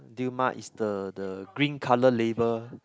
Dilmah is the the green colour label